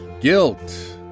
Guilt